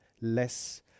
less